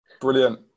Brilliant